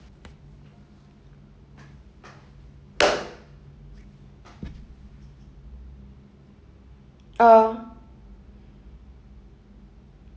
uh